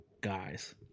Guys